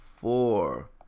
four